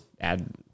add